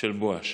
של בואש.